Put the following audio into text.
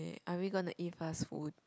eh are we gonna eat fast food